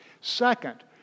Second